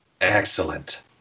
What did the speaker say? Excellent